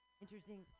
interesting